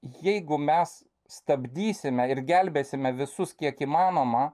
jeigu mes stabdysime ir gelbėsime visus kiek įmanoma